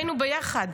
היינו ביחד.